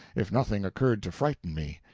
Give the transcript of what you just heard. if nothing occurred to frighten me.